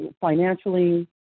financially